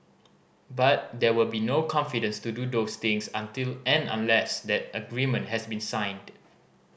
but there will be no confidence to do those things until and unless that agreement has been signed